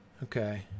Okay